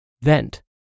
Vent